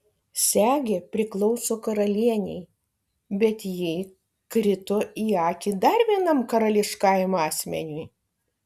segė priklauso karalienei bet ji krito į akį dar vienam karališkajam asmeniui